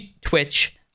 Twitch